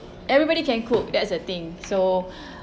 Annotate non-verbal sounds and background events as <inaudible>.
everybody can cook that's the thing so <breath>